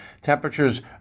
Temperatures